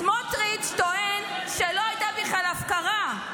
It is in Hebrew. סמוטריץ' טוען שלא הייתה בכלל הפקרה.